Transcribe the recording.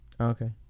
Okay